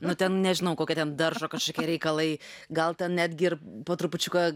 nu ten nežinau kokie ten daržo kažkokie reikalai gal ten netgi ir po trupučiuką